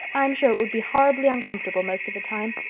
i'm sure it would be horribly uncomfortable most of the time.